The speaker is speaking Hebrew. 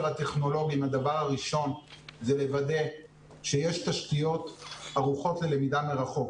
הטכנולוגיים הדבר הראשון זה לוודא שיש תשתיות ערוכות ללמידה מרחוק,